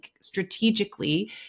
Strategically